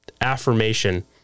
affirmation